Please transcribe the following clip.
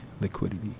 liquidity